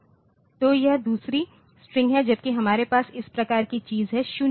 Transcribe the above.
तो यह दूसरी स्ट्रिंग है जबकि हमारे पास इस प्रकार की चीज़ 0 है